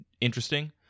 interesting